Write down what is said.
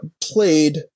played